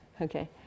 Okay